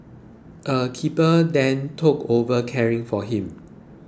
a keeper then took over caring for him